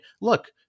look